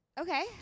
Okay